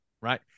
right